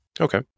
Okay